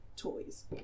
Toys